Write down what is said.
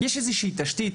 יש איזוהי תשתית?